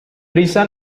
prisa